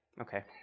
Okay